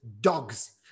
dogs